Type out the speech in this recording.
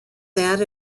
that